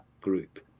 group